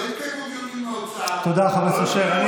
לא התקיימו דיונים באוצר, תודה, חבר הכנסת אשר.